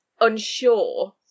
unsure